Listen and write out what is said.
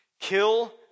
kill